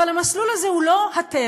אבל המסלול הזה הוא לא הטבע.